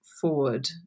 forward